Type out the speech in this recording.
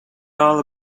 all